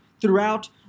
throughout